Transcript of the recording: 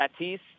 Tatis